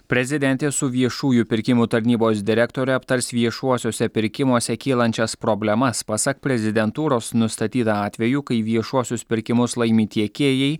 prezidentė su viešųjų pirkimų tarnybos direktore aptars viešuosiuose pirkimuose kylančias problemas pasak prezidentūros nustatyta atvejų kai viešuosius pirkimus laimi tiekėjai